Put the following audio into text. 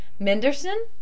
Menderson